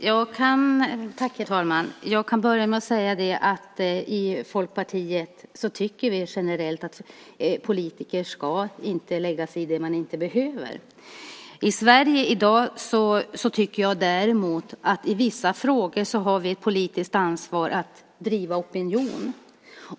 Herr talman! Jag kan börja med att säga att i Folkpartiet tycker vi generellt att politiker inte ska lägga sig i det de inte behöver. I Sverige i dag tycker jag däremot att vi i vissa frågor har ett politiskt ansvar att driva opinion.